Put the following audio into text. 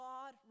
God